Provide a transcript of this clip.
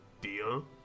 Deal